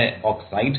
तो यह ऑक्साइड है